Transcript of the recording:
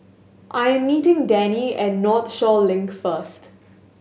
I'm meeting Dani at Northshore Link first